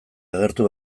agertu